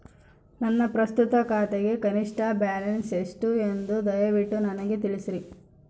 ನನ್ನ ಪ್ರಸ್ತುತ ಖಾತೆಗೆ ಕನಿಷ್ಠ ಬ್ಯಾಲೆನ್ಸ್ ಎಷ್ಟು ಎಂದು ದಯವಿಟ್ಟು ನನಗೆ ತಿಳಿಸ್ರಿ